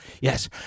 yes